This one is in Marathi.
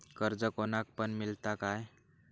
कर्ज कोणाक पण मेलता काय?